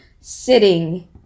sitting